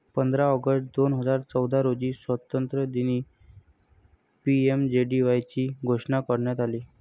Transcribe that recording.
पंधरा ऑगस्ट दोन हजार चौदा रोजी स्वातंत्र्यदिनी पी.एम.जे.डी.वाय ची घोषणा करण्यात आली